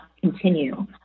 continue